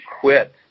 quit